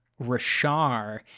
Rashar